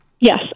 Yes